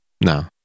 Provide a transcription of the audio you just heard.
No